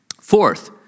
Fourth